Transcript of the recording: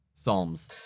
Psalms